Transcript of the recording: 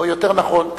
או יותר נכון,